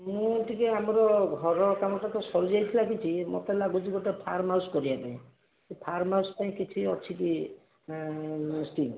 ମୁଁ ଟିକେ ଆମର ଘର କାମଟା ତ ସରିଯାଇଥିଲା କିଛି ମୋତେ ଲାଗୁଛି ଗୋଟେ ଫାର୍ମ୍ ହାଉସ୍ କରିବା ପାଇଁ ସେ ଫାର୍ମ୍ ହାଉସ୍ ପାଇଁ କିଛି ଅଛି କି ସ୍କିମ୍